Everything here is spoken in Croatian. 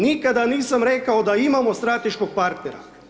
Nikada nisam rekao da imamo strateškog partnera.